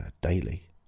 daily